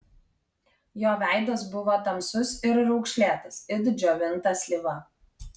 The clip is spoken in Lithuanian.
jo veidas buvo tamsus ir raukšlėtas it džiovinta slyva